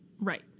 Right